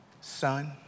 son